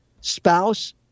spouse